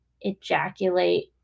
ejaculate